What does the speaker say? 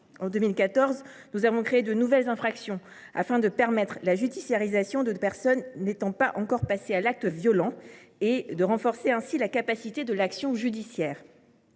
En 2014, nous avons créé de nouvelles infractions afin de permettre une approche judiciarisée de personnes n’étant pas encore passées à l’acte violent, renforçant ainsi la capacité de l’action judiciaire.